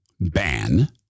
ban